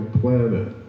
planet